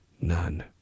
None